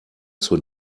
zur